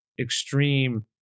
extreme